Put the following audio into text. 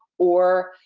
or,